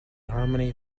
harmony